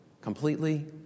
completely